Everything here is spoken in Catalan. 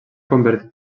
convertit